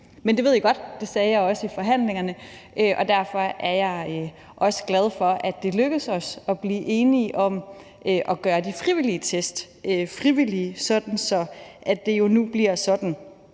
Men det ved I godt, det sagde jeg også i forhandlingerne, og derfor er jeg også glad for, at det lykkedes os at blive enige om at gøre de frivillige test frivillige, så det nu bliver sådan,